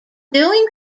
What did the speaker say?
doing